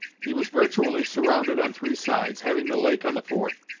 he was virtually surrounded on three sides, having the lake on the fourth.